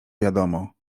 wiadomo